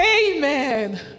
amen